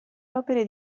opere